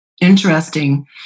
Interesting